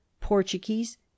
Portuguese